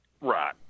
Right